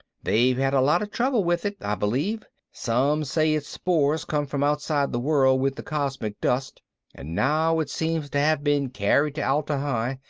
they've had a lot of trouble with it, i believe some say its spores come from outside the world with the cosmic dust and now it seems to have been carried to atla-hi.